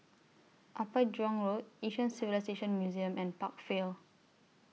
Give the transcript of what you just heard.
Upper Jurong Road Asian Civilisations Museum and Park Vale